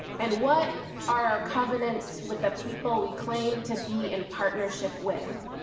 and what are our covenants with the people we claim to be in partnership with?